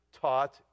taught